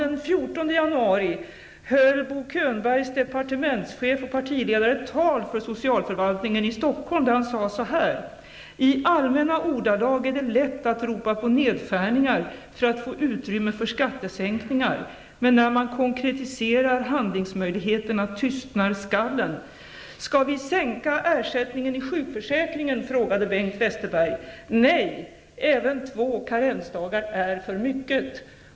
Den 14 januari höll Bo Könbergs departementschef och partiledare ett tal för socialförvaltningen i Stockholm, där han sade så här: ''I allmänna ordalag är det lätt att ropa på nedskärningar för att få utrymme för skattesänkningar -- men när man konkretiserar handlingsmöjligheterna tystnar skallen. Skall vi sänka ersättningen i sjukförsäkringen? Nej, även två karensdagar är för mycket!''